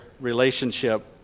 relationship